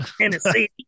Tennessee